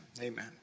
amen